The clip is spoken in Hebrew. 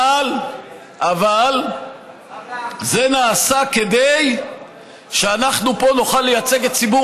אבל זה נעשה כדי שאנחנו פה נוכל לייצג את ציבור